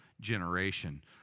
generation